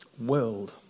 world